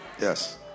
Yes